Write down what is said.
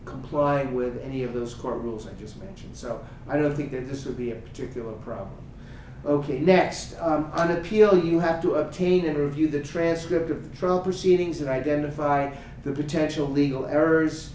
complying with any of those court rules i just mentioned so i don't think that this will be a particular problem ok next an appeal you have to obtain and review the transcript of from proceedings that identify the potential legal errors